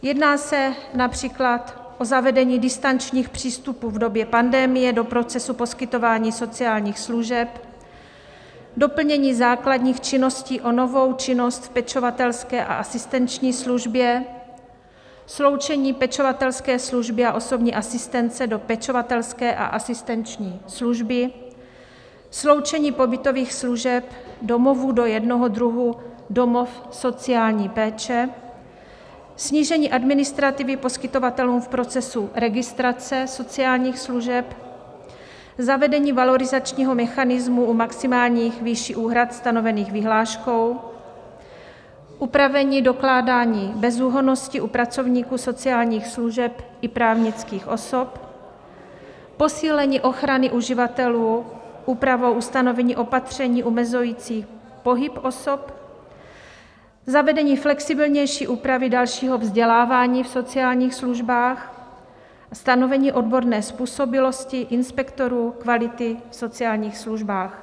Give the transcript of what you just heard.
Jedná se například o zavedení distančních přístupů v době pandemie do procesu poskytování sociálních služeb, doplnění základních činností o novou činnost v pečovatelské a asistenční službě, sloučení pečovatelské služby a osobní asistence do pečovatelské a asistenční služby, sloučení pobytových služeb, domovů do jednoho druhu domov sociální péče , snížení administrativy poskytovatelům v procesu registrace sociálních služeb, zavedení valorizačního mechanismu u maximálních výší úhrad stanovených vyhláškou, upravení dokládání bezúhonnosti u pracovníků sociálních služeb i právnických osob, posílení ochrany uživatelů úpravou ustanovení opatření omezujících pohyb osob, zavedení flexibilnější úpravy dalšího vzdělávání v sociálních službách a stanovení odborné způsobilosti inspektorů kvality v sociálních službách.